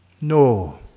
No